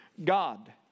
God